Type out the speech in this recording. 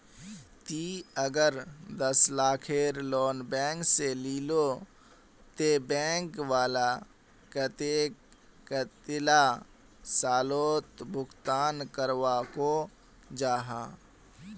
ती अगर दस लाखेर लोन बैंक से लिलो ते बैंक वाला कतेक कतेला सालोत भुगतान करवा को जाहा?